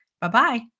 Bye-bye